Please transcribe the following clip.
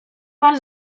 pan